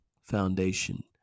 foundation